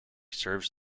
serves